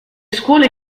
scuole